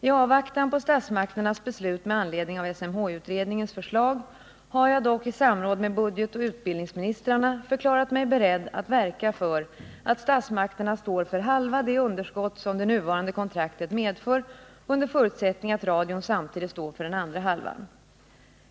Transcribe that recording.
I avvaktan på statsmakternas beslut med anledning av SMHI-utredningens förslag har jag dock i samråd med budgetoch utbildningsministrarna förklarat mig beredd att verka för att statsmakterna står för halva det underskott som det nuvarande kontraktet medför, under förutsättning att radion samtidigt står för den andra halvan.